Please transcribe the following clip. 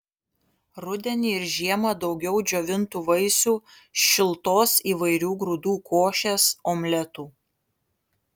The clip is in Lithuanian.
rudenį ir žiemą daugiau džiovintų vaisių šiltos įvairių grūdų košės omletų